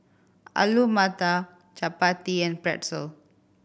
Alu Matar Chapati and Pretzel